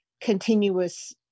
continuous